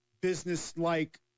business-like